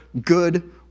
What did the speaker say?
good